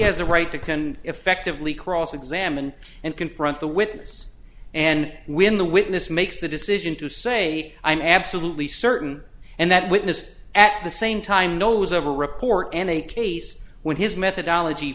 has a right to can effectively cross examine and confront the witness and when the witness makes the decision to say i'm absolutely certain and that witnesses at the same time knows a report and a case when his methodology